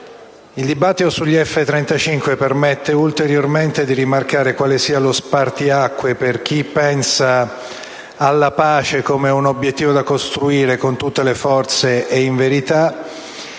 il dibattito sugli F-35 permette di rimarcare ulteriormente lo spartiacque tra chi pensa alla pace come un obiettivo da costruire con tutte le forze e in verità